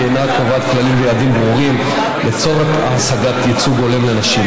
היא אינה קובעת כללים ויעדים ברורים לצורך השגת ייצוג הולם לנשים.